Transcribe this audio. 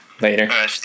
Later